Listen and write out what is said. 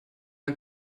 der